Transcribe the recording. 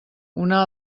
una